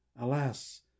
alas